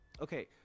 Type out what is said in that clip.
okay